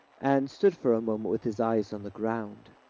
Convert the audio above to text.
and stood for a moment with his eyes on the ground.